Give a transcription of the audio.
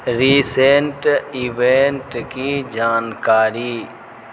recent event کی جانکاری